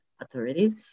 authorities